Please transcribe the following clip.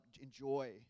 enjoy